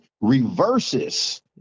reverses